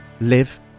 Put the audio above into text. live